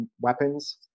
weapons